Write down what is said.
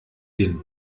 den